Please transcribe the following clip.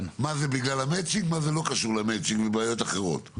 מה קשור למצ'ינג ומה לא קשור למצ'ינג ובעיות אחרת.